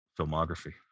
filmography